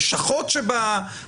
יש אחות שבאה,